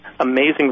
Amazing